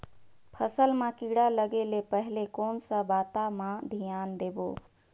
फसल मां किड़ा लगे ले पहले कोन सा बाता मां धियान देबो?